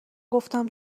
گفتم